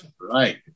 Right